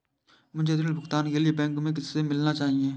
मुझे ऋण भुगतान के लिए बैंक में किससे मिलना चाहिए?